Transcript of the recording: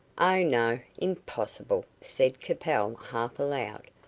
oh, no impossible, said capel, half aloud.